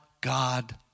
God